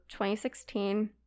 2016